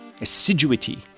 assiduity